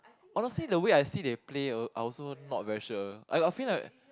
honestly the way I see they Play I also not very sure I feel like